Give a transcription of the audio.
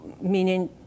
meaning